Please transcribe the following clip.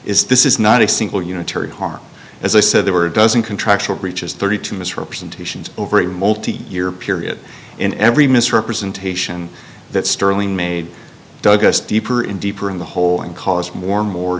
is this is not a single unitary harm as i said there were a dozen contractual breaches thirty two misrepresentations over a multi year period in every misrepresentation that sterling made dug us deeper and deeper in the hole and caused more and more